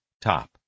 top